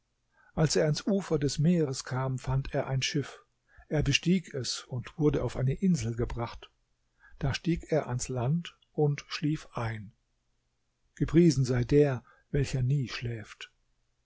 als er ans ufer des meeres kam fand er ein schiff er bestieg es und wurde auf eine insel gebracht da stieg er ans land und schlief ein